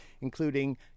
including